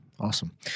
Awesome